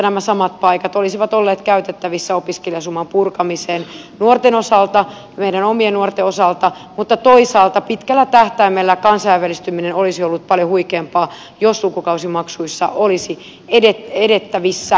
nämä samat paikat olisivat käytettävissä opiskelijasuman purkamiseen meidän omien nuorten osalta mutta toisaalta pitkällä tähtäimellä kansainvälistyminen olisi paljon huikeampaa jos lukukausimaksuissa voitaisiin edetä